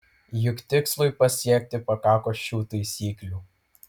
juk tikslui pasiekti pakako šių taisyklių